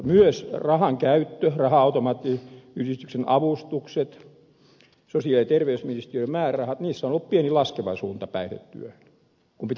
myös rahankäytössä raha automaattiyhdistyksen avustukset sosiaali ja terveysministeriön määrärahat on ollut pieni laskeva suunta päihdetyöhön kun pitäisi olla päinvastoin